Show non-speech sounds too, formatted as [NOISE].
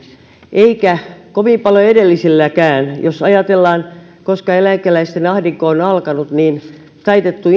eikä kovin paljon edelliselläkään jos ajatellaan koska eläkeläisten ahdinko on on alkanut niin taitettu [UNINTELLIGIBLE]